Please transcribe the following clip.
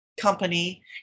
company